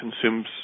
consumes